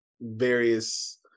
various